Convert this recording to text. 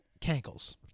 cankles